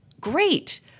great